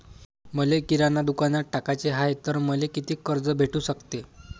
मले किराणा दुकानात टाकाचे हाय तर मले कितीक कर्ज भेटू सकते?